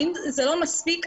האם זה לא מספיק?